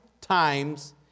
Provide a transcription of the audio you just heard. times